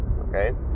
okay